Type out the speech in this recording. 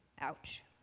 Ouch